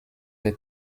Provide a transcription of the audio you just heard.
des